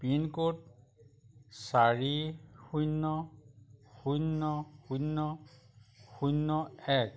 pincode চাৰি শূন্য শূন্য শূন্য শূন্য এক